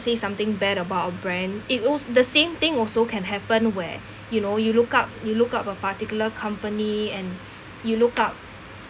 say something bad about a brand it al~ the same thing also can happen where you know you look up you look up a particular company and you look up